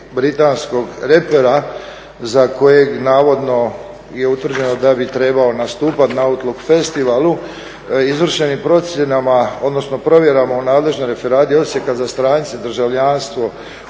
britanskog repera za kojeg navodno je utvrđeno da bi trebao nastupat na Outlook festivalu, izvršenim procjenama odnosno provjerama u nadležnoj referadi Odsjeka za strance, državljanstvo